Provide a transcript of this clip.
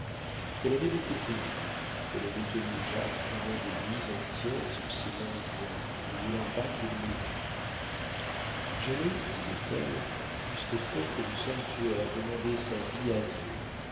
elle avait beaucoup prié elle avait tenu jacques pendant des nuits entières sous ses mains jointes ne voulant pas qu'il mourût j'allais disait-elle jusqu'aux portes du sanctuaire demander sa vie à dieu